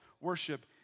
worship